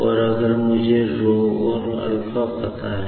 और अगर मुझे यह ρ और α पता है